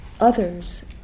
others